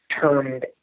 termed